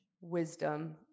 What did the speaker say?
wisdom